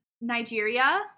Nigeria